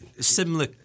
Similar